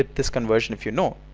ah this conversion if you know!